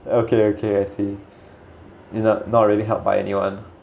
okay okay I see not not really helped by anyone